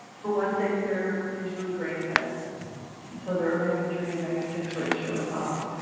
for one thing they're usually grain-fed so their omega three omega six ratio is off.